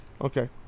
Okay